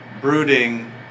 brooding